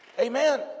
Amen